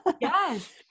Yes